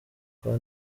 kwa